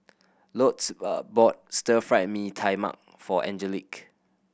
Lourdes bought Stir Fry Mee Tai Mak for Angelique